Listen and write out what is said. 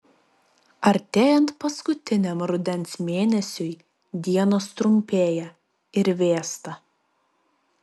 artėjant paskutiniam rudens mėnesiui dienos trumpėja ir vėsta